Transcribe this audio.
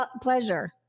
pleasure